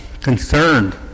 concerned